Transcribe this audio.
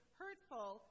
hurtful